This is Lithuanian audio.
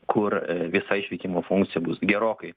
kur visa išvykimo funkcija bus gerokai